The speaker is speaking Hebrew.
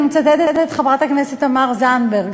אני מצטטת את חברת הכנסת תמר זנדברג,